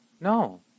no